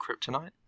kryptonite